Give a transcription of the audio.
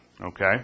Okay